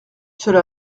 cela